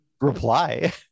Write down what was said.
reply